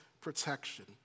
protection